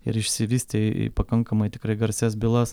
ir išsivystė į pakankamai tikrai garsias bylas